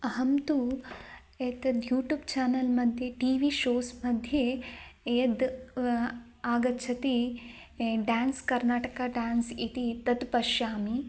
अहं तु एतद् युटुब् चानल्मध्ये टि वि शोस्मध्ये यद् आगच्छति ड्यान्स् कर्नाटकः ड्यान्स् इति तद् पश्यामि